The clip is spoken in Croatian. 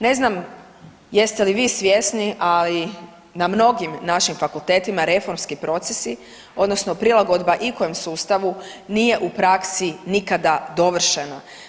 Ne znam jeste li vi svjesni, ali na mnogim našim fakultetima reformski procesi odnosno prilagodba i kojem sustavu nije u praksi nikada dovršena.